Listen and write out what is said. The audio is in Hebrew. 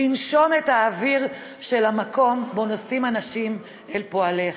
לנשום את האוויר של המקום שבו נושאים אנשים עיניים אל פועלך.